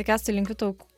kęstai linkiu tau